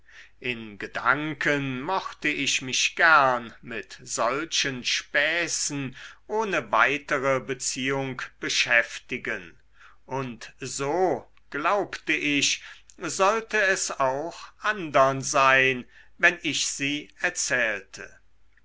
in gedanken mochte ich mich gern mit solchen späßen ohne weitere beziehung beschäftigen und so glaubte ich sollte es auch andern sein wenn ich sie erzählte